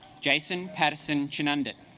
jason patterson chin under